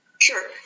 Sure